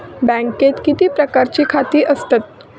बँकेत किती प्रकारची खाती असतत?